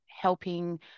helping